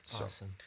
Awesome